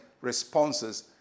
responses